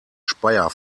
speyer